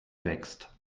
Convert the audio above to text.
wächst